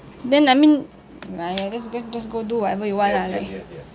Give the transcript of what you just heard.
then I mean !aiya! just just just go do whatever you want lah like